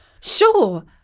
Sure